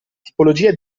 tipologia